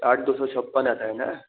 आठ दो सौ छप्पन आता है ना